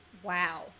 wow